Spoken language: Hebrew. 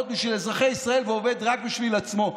בשביל אזרחי ישראל ועובד רק בשביל עצמו.